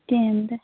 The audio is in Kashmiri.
کِہیٖنٛۍ تہِ